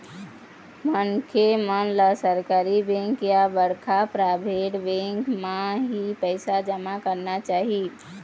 मनखे मन ल सरकारी बेंक या बड़का पराबेट बेंक म ही पइसा जमा करना चाही